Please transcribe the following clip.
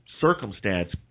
circumstance